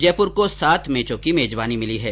जयपुर को सात मैचों की मेजबानी मिली है